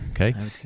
Okay